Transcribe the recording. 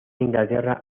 inglaterra